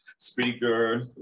speaker